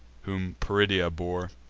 whom peridia bore.